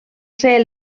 ser